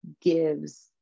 gives